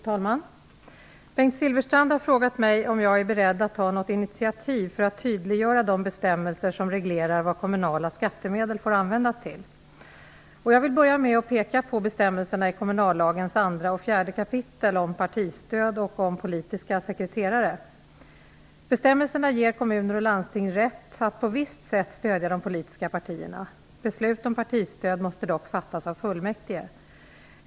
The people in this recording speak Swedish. Fru talman! Bengt Silfverstrand har frågat mig om jag är beredd att ta något initiativ för att tydliggöra de bestämmelser som reglerar vad kommunala skattemedel får användas till. Jag vill börja med att peka på bestämmelserna i 2 och 4 kap. kommunallagen om partistöd och om politiska sekreterare. Bestämmelserna ger kommuner och landsting rätt att på visst sätt stödja de politiska partierna. Beslut om partistöd måste dock fattas av fullmäktige.